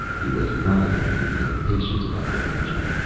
he was writhing in the impatience of apprehension.